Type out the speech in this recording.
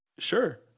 Sure